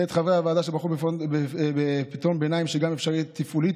ואת חברי הוועדה שבחרו בפתרון ביניים שגם אפשרי תפעולית,